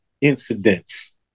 incidents